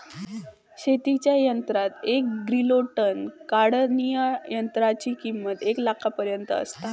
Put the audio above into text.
शेतीच्या यंत्रात एक ग्रिलो तण काढणीयंत्राची किंमत एक लाखापर्यंत आसता